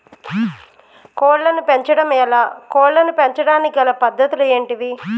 కోళ్లను పెంచడం ఎలా, కోళ్లను పెంచడానికి గల పద్ధతులు ఏంటివి?